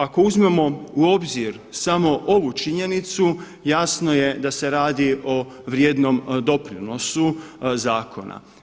Ako uzmemo u obzir samo ovu činjenicu jasno je da se radi o vrijednom doprinosu zakona.